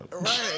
right